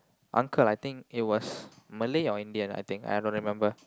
uncle I think it was Malay or Indian I think I don't remember